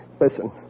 Listen